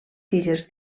tiges